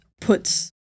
puts